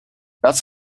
lass